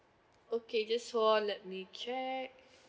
okay just hold on let me check